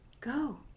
go